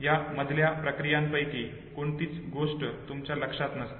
या मधल्या प्रक्रीयांपैकी कोणतीच गोष्ट तुमच्या लक्षात नसते